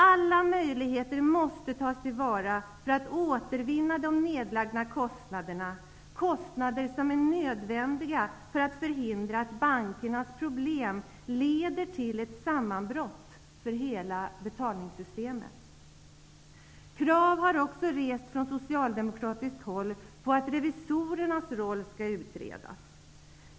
Alla möjligheter måste tas till vara för att de pengar som lagts ned skall kunna återvinnas -- kostnader som är nödvändiga för att förhindra att bankernas problem leder till ett sammanbrott för hela betalningssystemet. Från socialdemokratiskt håll har också rests krav på att revisorernas roll skall utredas.